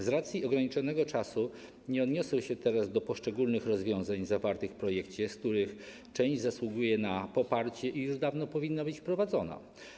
Z racji ograniczonego czasu nie odniosę się teraz do poszczególnych rozwiązań zawartych w projekcie, z których część zasługuje na poparcie i już dawno powinna być wprowadzona.